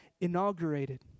inaugurated